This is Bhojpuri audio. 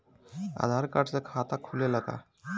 आधार कार्ड से खाता खुले ला का?